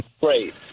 Great